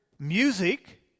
Music